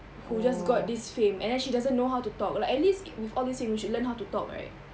who just got this fame and then she doesn't know how to talk like at least with all these you should learn how to talk right